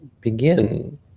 begin